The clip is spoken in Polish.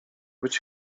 być